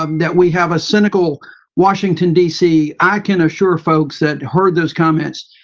um that we have a cynical washington dc, i can assure folks that heard those comments,